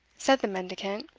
said the mendicant,